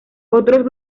otros